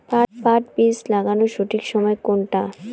পাট বীজ লাগানোর সঠিক সময় কোনটা?